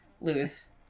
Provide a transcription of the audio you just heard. lose